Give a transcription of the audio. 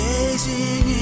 Gazing